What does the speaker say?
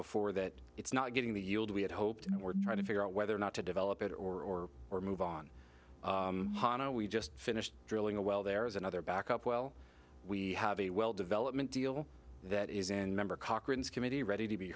before that it's not getting the yield we had hoped and we're trying to figure out whether or not to develop it or or move on we just finished drilling a well there is another backup well we have a well development deal that is in member cochran's committee ready to be